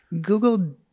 Google